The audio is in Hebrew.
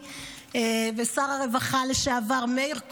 ושר הרווחה לשעבר מאיר כהן,